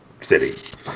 City